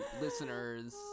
listeners